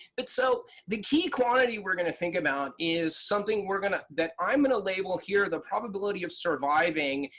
but so, the key quantity we're going to think about is something we're going to, that i'm going to label here the probability of surviving,